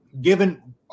given –